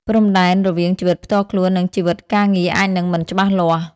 ព្រំដែនរវាងជីវិតផ្ទាល់ខ្លួន និងជីវិតការងារអាចនឹងមិនច្បាស់លាស់។